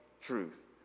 truth